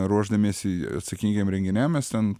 ruošdamiesi atsakingiem renginiam mes ten